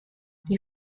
die